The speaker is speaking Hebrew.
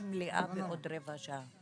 יש מליאה בעוד רבע שעה.